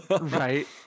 Right